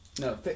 No